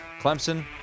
Clemson